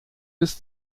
bis